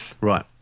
right